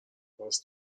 راس